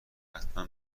حتما